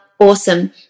awesome